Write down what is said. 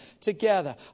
together